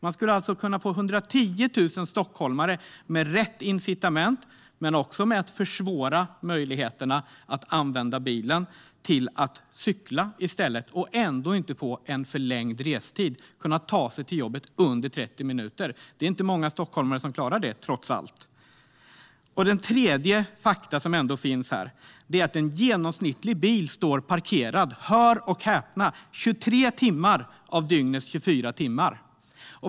Med rätt incitament men också genom att försvåra möjligheterna att använda bilen skulle man alltså kunna få 110 000 stockholmare att cykla i stället, och de skulle inte få en förlängd restid. De skulle kunna ta sig till jobbet på max 30 minuter. Det är inte många stockholmare som klarar det, trots allt. Det tredje är: En genomsnittlig bil står parkerad - hör och häpna - 23 av dygnets 24 timmar.